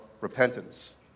repentance